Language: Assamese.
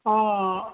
অঁ অঁ অঁ